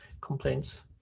complaints